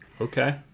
Okay